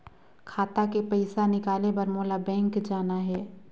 खाता ले पइसा निकाले बर मोला बैंक जाना हे?